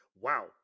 wow